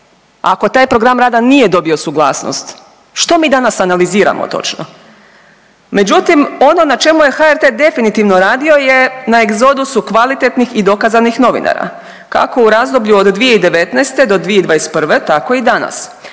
ako taj program rada nije dobio suglasnost, što mi danas analiziramo točno? Međutim ono na čemu je HRT definitivno radio je na egzodusu kvalitetnih i dokazanih novinara kako u razdoblju od 2019. do 2021. tako i danas.